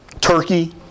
Turkey